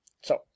So